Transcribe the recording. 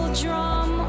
drum